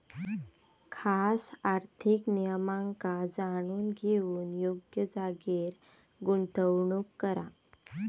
खास आर्थिक नियमांका जाणून घेऊन योग्य जागेर गुंतवणूक करा